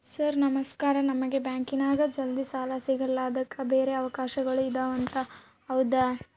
Sir ನಮಸ್ಕಾರ ನಮಗೆ ಬ್ಯಾಂಕಿನ್ಯಾಗ ಜಲ್ದಿ ಸಾಲ ಸಿಗಲ್ಲ ಅದಕ್ಕ ಬ್ಯಾರೆ ಅವಕಾಶಗಳು ಇದವಂತ ಹೌದಾ?